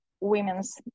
women's